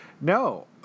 no